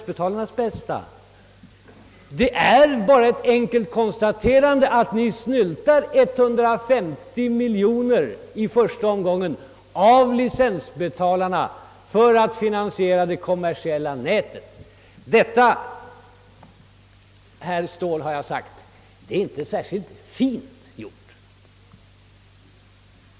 Jag har alltså bara konstaterat att ert förslag innebär att ni i första omgången snyltar 150 miljoner från licensbetalarnas medel för att finansiera det kommersiella TV-nätet, Jag har också sagt att detta inte är särskilt fint gjort, herr Ståhl!